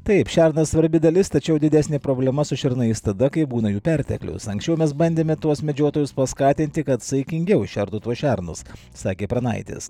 taip šernas svarbi dalis tačiau didesnė problema su šernais tada kai būna jų perteklius anksčiau mes bandėme tuos medžiotojus paskatinti kad saikingiau šertų tuos šernus sakė pranaitis